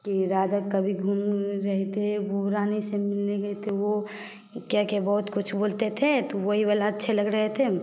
कि राजा कभी घूम रहे थे वह रानी से मिलने गए थे वह क्या क्या बहुत कुछ बोलते थे तो वही वाला अच्छे लग रहे थे